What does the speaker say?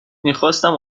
میخواستم